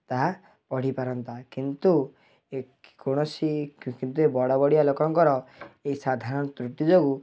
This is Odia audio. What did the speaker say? ତାହା ପଢ଼ିପାରନ୍ତା କିନ୍ତୁ ଏକ କୌଣସି କିନ୍ତୁ ଏ ବଡ଼ ବଡ଼ିଆ ଲୋକଙ୍କର ଏଇ ସାଧାରଣ ତ୍ରୁଟି ଯୋଗୁଁ